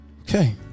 Okay